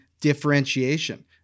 differentiation